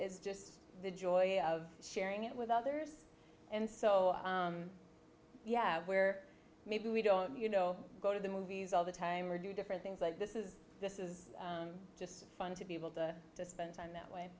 is just the joy of sharing it with others and so we have where maybe we don't you know go to the movies all the time or do different things like this is this is just fun to be able to just spend time that